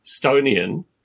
Stonian